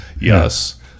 Yes